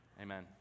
amen